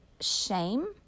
shame